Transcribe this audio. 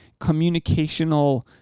communicational